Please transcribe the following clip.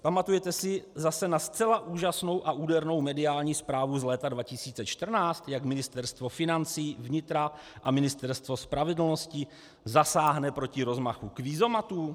Pamatujete si zase na zcela úžasnou a údernou mediální zprávu z léta 2014, jak Ministerstvo financí, vnitra a Ministerstvo spravedlnosti zasáhne proti rozmachu kvízomatů?